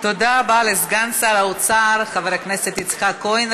תודה רבה לסגן שר האוצר חבר הכנסת יצחק כהן.